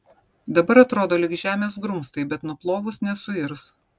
dabar atrodo lyg žemės grumstai bet nuplovus nesuirs